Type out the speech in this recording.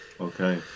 Okay